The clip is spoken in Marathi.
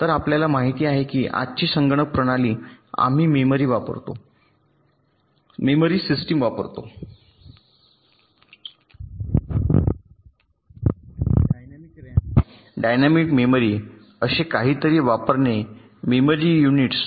तर आपल्याला माहिती आहे की जेव्हा आजची संगणक प्रणाली आम्ही मेमरी सिस्टम वापरतो डायनॅमिक रॅम डायनॅमिक मेमरी असे काहीतरी वापरणारे मेमरी युनिट्स